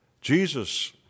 Jesus